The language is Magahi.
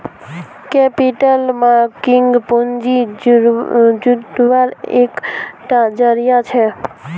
कैपिटल मार्किट पूँजी जुत्वार एक टा ज़रिया छे